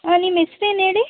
ಹಾಂ ನಿಮ್ಮ ಹೆಸ್ರ್ ಏನು ಹೇಳಿ